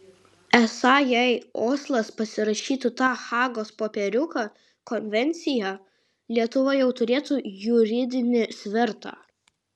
esą jei oslas pasirašytų tą hagos popieriuką konvenciją lietuva jau turėtų juridinį svertą